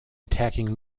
attacking